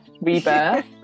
rebirth